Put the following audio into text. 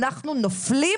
אנחנו נופלים